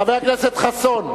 חבר הכנסת חסון,